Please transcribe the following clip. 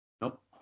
Nope